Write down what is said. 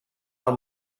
del